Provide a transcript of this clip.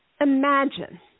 Imagine